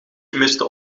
gemiste